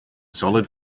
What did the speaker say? solid